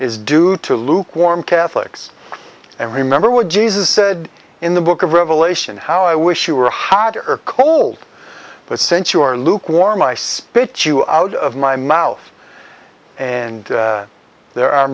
is due to luke warm catholics and remember what jesus said in the book of revelation how i wish you were hot or cold but since you are lukewarm i spit you out of my mouth and there are